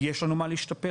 יש לנו מה להשתפר,